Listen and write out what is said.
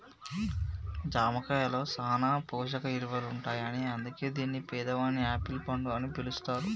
జామ కాయలో సాన పోషక ఇలువలుంటాయని అందుకే దీన్ని పేదవాని యాపిల్ పండు అని పిలుస్తారు